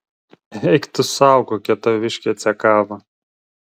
eik tu sau kokia taviškė cekava